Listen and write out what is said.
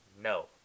no